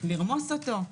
לרמוס אותו.